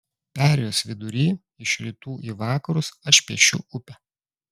perėjos vidurį iš rytų į vakarus aš piešiu upę